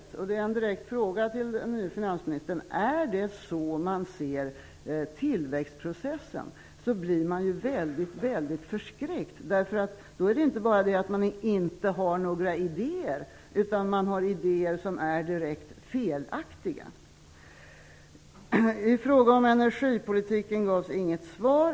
Jag vill ställa en direkt fråga till den nye finansministern: Är det så man ser på tillväxtprocessen? I så fall blir jag väldigt förskräckt. Då är det inte bara så att man inte har några idéer, utan man har idéer som är direkt felaktiga. På frågan om energipolitiken gavs inget svar.